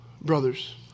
brothers